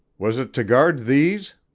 was it to guard these